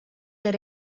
der